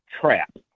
trap